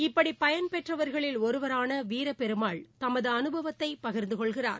இப்படிபயன்பெற்றவர்களில் ஒருவரானவீரபெருமாள் தமதுஅனுபவத்தைபகிர்ந்துகொள்கிறார்